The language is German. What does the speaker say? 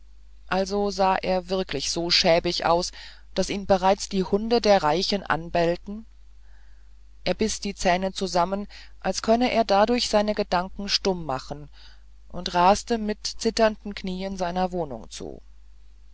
also sah er wirklich so schäbig aus daß ihn bereits die hunde der reichen anbellten er biß die zähne zusammen als könne er dadurch seine gedanken stumm machen und raste mit zitternden knien seiner wohnung zu